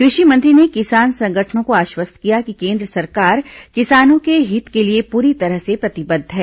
कृषि मंत्री ने किसान संगठनों को आश्वस्त किया कि केन्द्र सरकार किसानों के हित के लिए पूरी तरह से प्रतिबद्ध है